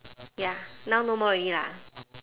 ya now no more already lah